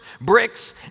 Bricks